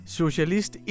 socialist